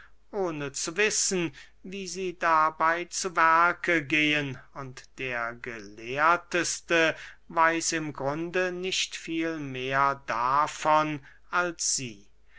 ohne zu wissen wie sie dabey zu werke gehen und der gelehrteste weiß im grunde nicht viel mehr davon als sie